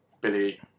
Billy